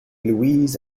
louise